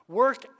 work